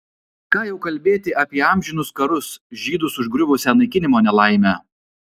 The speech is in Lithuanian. ką jau kalbėti apie amžinus karus žydus užgriuvusią naikinimo nelaimę